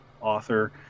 author